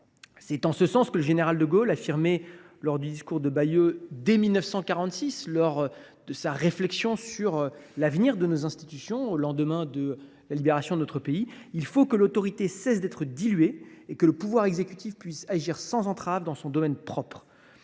C’est en sens que le général de Gaulle affirmait lors du discours de Bayeux en 1946, dans le cadre de sa réflexion sur l’avenir de nos institutions, au lendemain de la libération de la France :« Il faut que l’autorité cesse d’être diluée et que le pouvoir exécutif puisse agir sans entrave dans son domaine propre.